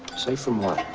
safe from what?